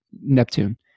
neptune